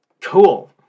Cool